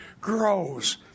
grows